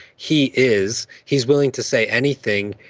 he is. he is willing to say anything,